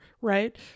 right